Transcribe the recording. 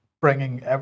bringing